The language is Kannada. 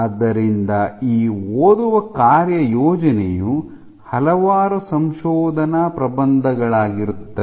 ಆದ್ದರಿಂದ ಈ ಓದುವ ಕಾರ್ಯಯೋಜನೆಯು ಹಲವಾರು ಸಂಶೋಧನಾ ಪ್ರಬಂಧಗಳಾಗಿರುತ್ತದೆ